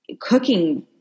cooking